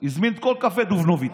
הזמין את כל קפה דובנוב איתו.